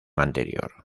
anterior